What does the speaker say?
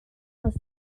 aus